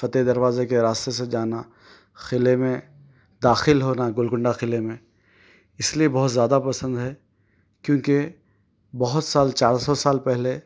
فتح دروازے کے راستے سے جانا قلعے میں داخل ہونا گولکنڈہ قلعے میں اس لیے بہت زیادہ پسند ہے کیونکہ بہت سال چار سو سال پہلے